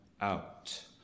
out